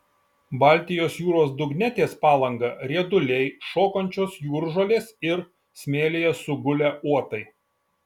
baltijos jūros dugne ties palanga rieduliai šokančios jūržolės ir smėlyje sugulę uotai